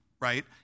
right